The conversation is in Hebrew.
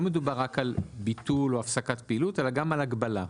מדובר רק על ביטול או הפסקת פעילות אלא גם על הגבלה.